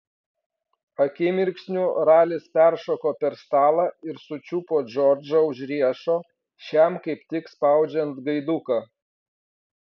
akimirksniu ralis peršoko per stalą ir sučiupo džordžą už riešo šiam kaip tik spaudžiant gaiduką